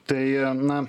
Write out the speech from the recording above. tai na